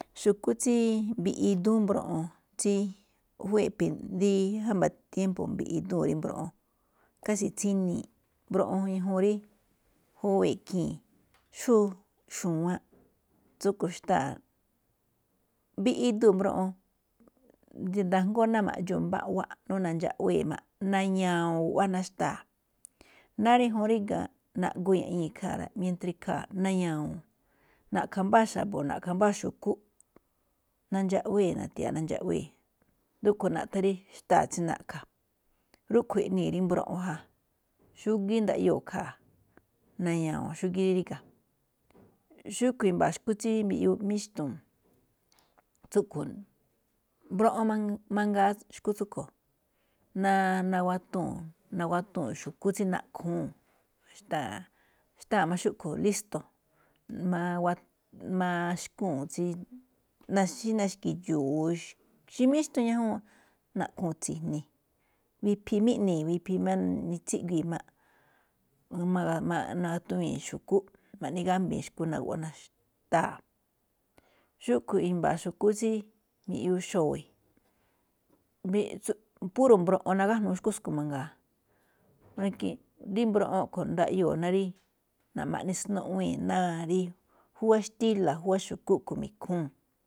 Xu̱kú tsí mbiꞌi idúún mbroꞌon, tsí jámba̱ tiémpo̱ mbiꞌi idúu̱n rí mboꞌon kási̱ tsínii̱. Mbroꞌon ñajuun rí juwee̱ ikhii̱n, xó xu̱wánꞌ tsúꞌkhue̱n xtáa̱, mbiꞌi iduu̱ mboꞌon, nda̱a̱ ajngóo ma̱ꞌdxuu̱n mbá aꞌwá, nú nandxaꞌwee̱ máꞌ, na̱ña̱wo̱o̱n guꞌwá ná xtáa̱. Náá rí ñajuun ríga̱, naꞌguii̱ iꞌnii̱ ikhaa̱ mientra ikhaa̱ na̱ña̱wo̱o̱n. Na̱ꞌkha̱ mbáa xa̱bo̱, na̱ꞌkha̱ mbáa xu̱kú, nandxaꞌwee̱ na̱ga̱ti̱ya̱a̱ꞌ nandxaꞌwee̱, rúꞌkhue̱n naꞌthán rí xtáa tsí na̱ꞌkha̱. Rúꞌkhue̱n iꞌnii̱ rí mbroꞌon ja, xúgíí ndaꞌjoo̱ ikhaa̱, na̱ña̱wo̱o̱n xúgíí rí ríga̱. Xúꞌkhue̱n i̱mba̱a̱ tsí mbiꞌyuu míxtu̱u̱n, tsúꞌkhue̱n mbroꞌon mang- mangaa, xu̱kú tsúꞌkhue̱n naaguatuu̱n, naguatuu̱n xu̱kú tsí naꞌkhuu̱n, xtáa̱ máꞌ xúꞌkhue̱n lísto̱, xí na̱xki̱dxu̱u̱. o xí míxtu̱u̱n ñajuu̱n, naꞌkhuu̱n tsíjní, wiphii̱ máꞌ iꞌnii̱, wiphi má, tsíꞌguii̱ máꞌ, nagatuwii̱n xu̱kú, naꞌne gámbi̱i̱n xu̱kú ná guꞌwá, ná xtáa̱. Xúꞌkhue̱n i̱mba̱a̱ xu̱kú tsí xo̱we̱, púro̱ mbroꞌon nagájnuu̱ xúkú tsúꞌkhue̱n mangaa, rí mbroꞌon a̱ꞌkhue̱n ndaꞌyoo̱ ná rí ma̱ꞌne snuꞌwee̱ ná juwá xtíla̱ ná júwá xu̱kú a̱ꞌkhue̱n mi̱khuu̱n.